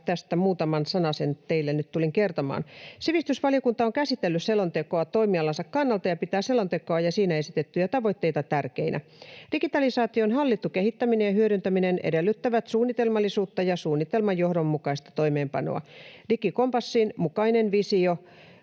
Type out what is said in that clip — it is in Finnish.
tästä muutaman sanasen teille nyt tulin kertomaan. Sivistysvaliokunta on käsitellyt selontekoa toimialansa kannalta ja pitää selontekoa ja siinä esitettyjä tavoitteita tärkeinä. Digitalisaation hallittu kehittäminen ja hyödyntäminen edellyttävät suunnitelmallisuutta ja suunnitelman johdonmukaista toimeenpanoa. Digikompassin mukainen visio